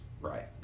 right